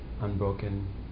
unbroken